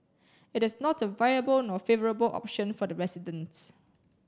it is not a viable nor favourable option for the residents